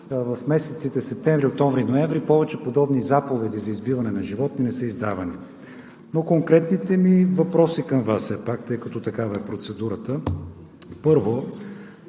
в месеците септември, октомври, ноември повече подобни заповеди за избиване на животни не са издавани. Но конкретните ми въпроси към Вас: все пак, тъй като такава е процедурата, първо,